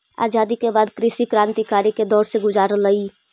आज़ादी के बाद कृषि क्रन्तिकारी के दौर से गुज़ारलई